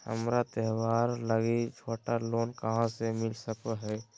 हमरा त्योहार लागि छोटा लोन कहाँ से मिल सको हइ?